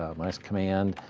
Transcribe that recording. ah minus command,